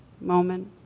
moment